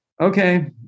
okay